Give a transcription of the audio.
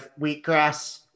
wheatgrass